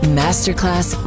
masterclass